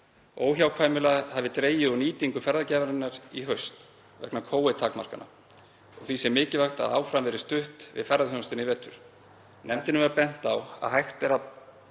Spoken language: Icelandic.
Óhjákvæmilega hafi dregið úr nýtingu ferðagjafarinnar í haust vegna Covid-takmarkana og því sé mikilvægt að áfram verði stutt við ferðaþjónustuna í vetur. Nefndinni var bent á að hægt er að